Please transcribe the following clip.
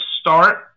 start